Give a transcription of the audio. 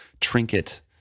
trinket